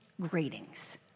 Greetings